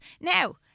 Now